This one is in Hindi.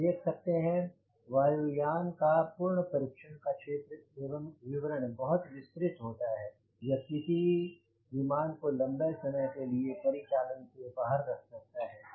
आप देख सकते हैं कि वायु यान का पूर्ण परीक्षण का क्षेत्र एवं विवरण बहुत विस्तृत होता है यह किसी विमान को लम्बे समय के लिये परिचालन से बाहर रख सकता है